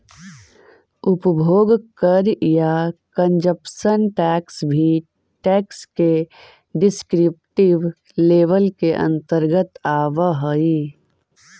उपभोग कर या कंजप्शन टैक्स भी टैक्स के डिस्क्रिप्टिव लेबल के अंतर्गत आवऽ हई